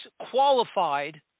qualified